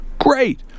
great